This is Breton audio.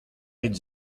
rit